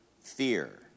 fear